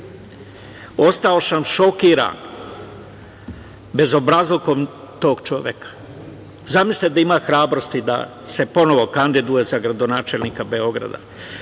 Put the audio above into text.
ostao sam šokiran bezobrazlukom tog čoveka. Zamislite da ima hrabrosti da se ponovo kandiduje za gradonačelnika Beograda? To